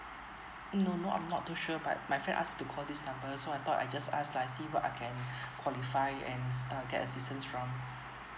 um no no I'm not too sure but my friend asked to call this number so I thought I just ask lah I see what I can qualify and uh get assistance from